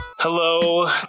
Hello